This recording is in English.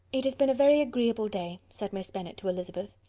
it has been a very agreeable day, said miss bennet to elizabeth.